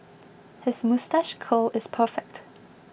his moustache curl is perfect